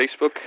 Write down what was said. Facebook